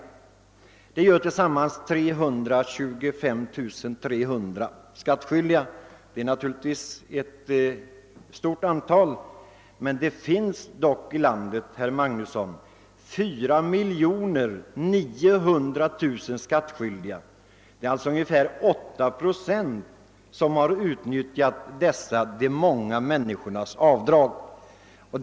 Det gör tillsammans 325 300 skattskyldiga, och det är visserligen ett betydande antal, men det finns här i landet 4 900 000 skattskyldiga, herr Magnusson! Det är alltså bara ungefär 8 procent som har utnyttjat detta »de många människornas avdrag».